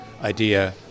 idea